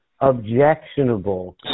objectionable